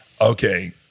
okay